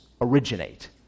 originate